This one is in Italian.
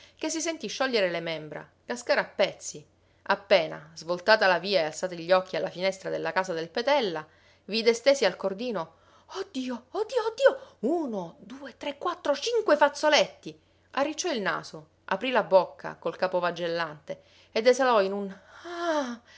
che si sentì sciogliere le membra cascare a pezzi appena svoltata la via e alzati gli occhi alla finestra della casa del petella vide stesi al cordino oh dio oh dio oh dio uno due tre quattro cinque fazzoletti arricciò il naso aprì la bocca col capo vagellante ed esalò in un ah